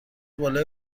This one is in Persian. بالای